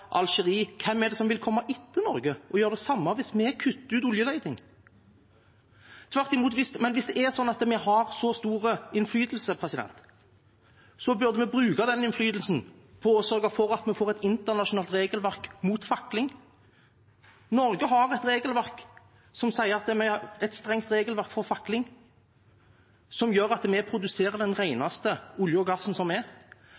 som vil komme etter Norge og gjøre det samme hvis vi kutter ut oljeleting. Hvis det er sånn at vi har så stor innflytelse, burde vi bruke den innflytelsen på å sørge for at vi får et internasjonalt regelverk mot fakling. Norge har et strengt regelverk om fakling, som gjør at vi produserer den reneste oljen og gassen som er, men hvis vi